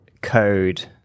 Code